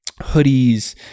hoodies